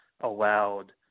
allowed